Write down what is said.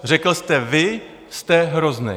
Řekl jste: Vy jste hroznej.